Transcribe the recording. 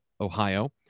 Ohio